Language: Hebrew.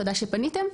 תודה שפניתם,